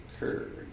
occurred